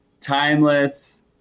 Timeless